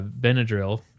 Benadryl